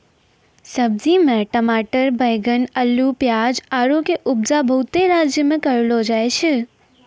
सब्जी मे टमाटर बैगन अल्लू पियाज आरु के उपजा बहुते राज्य मे करलो जाय छै